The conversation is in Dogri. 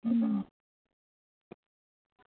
अं